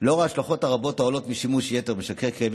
לנוכח ההשלכות הרבות של שימוש יתר במשככי הכאבים,